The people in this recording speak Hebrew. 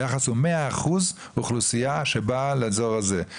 היחס הוא מאה אחוז אוכלוסייה שבאה לאזור הזה.